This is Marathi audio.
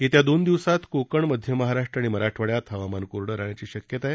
येत्या दोन दिवसांत कोकण मध्य महाराष्ट्र आणि मराठवाड्यात हवामान कोरडं रहाण्याची शक्यता आहे